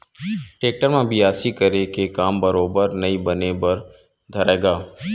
tractor म बियासी करे के काम बरोबर नइ बने बर धरय गा